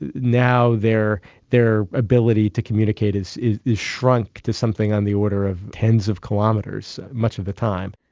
and now their their ability to communicate has shrunk to something in the order of tens of kilometres much of the time.